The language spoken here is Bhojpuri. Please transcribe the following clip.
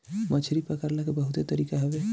मछरी पकड़ला के बहुते तरीका हवे